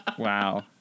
Wow